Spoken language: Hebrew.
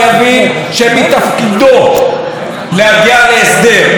ויבין שמתפקידו להגיע להסדר,